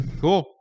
cool